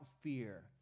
fear